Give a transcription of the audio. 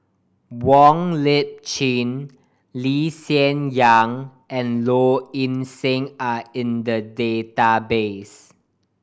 Wong Lip Chin Lee Hsien Yang and Low Ing Sing are in the database